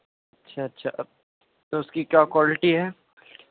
اچھا اچھا تو اُس کی کیا کوالٹی ہے